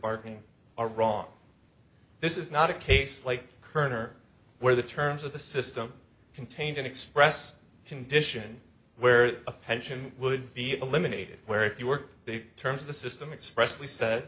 bargaining are wrong this is not a case like kerner where the terms of the system contain an express condition where a pension would be eliminated where if you work the terms of the system expressly said